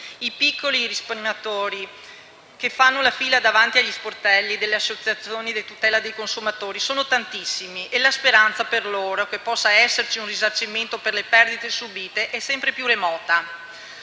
I piccoli risparmiatori che fanno la fila davanti agli sportelli delle associazioni di tutela dei consumatori sono tantissimi e la speranza che possa esserci per loro un risarcimento delle perdite subite è sempre più remota.